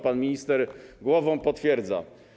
Pan minister kiwa głową, potwierdza.